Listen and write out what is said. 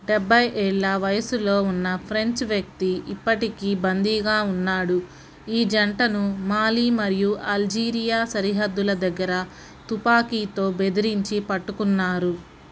డెబ్బై ఏళ్ళ వయసులో ఉన్న ఫ్రెంచ్ వ్యక్తి ఇప్పటికీ బందీగా ఉన్నాడు ఈ జంటను మాలి మరియు అల్జీరియా సరిహద్దుల దగ్గర తుపాకీతో బెదిరించి పట్టుకున్నారు